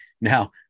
Now